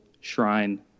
shrine